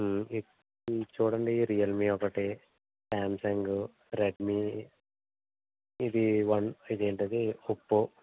చూడండి రియల్మీ ఒకటి Samsung Redmi ఇది వన్ ఇదేంటది ఒప్పో